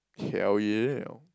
hell yeah